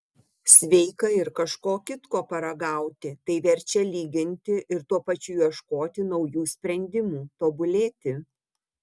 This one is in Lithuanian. sveika ir kažko kitko paragauti tai verčia lyginti ir tuo pačiu ieškoti naujų sprendimų tobulėti